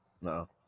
No